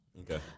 Okay